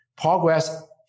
progress